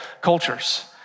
cultures